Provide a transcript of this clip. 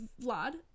Vlad